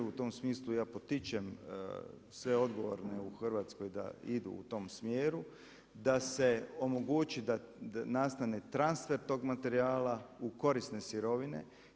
U tom smislu ja potičem sve odgovorne u Hrvatskoj da idu u tom smjeru, da se omogući da nastane transfer tog materijala u korisne sirovine.